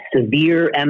severe